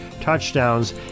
touchdowns